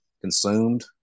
consumed